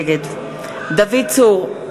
נגד דוד צור,